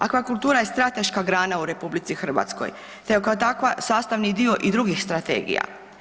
Akvakultura je strateška grana u RH te kao takva sastavni dio i drugih strategija.